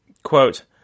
Quote